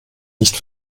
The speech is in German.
nicht